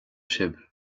sibh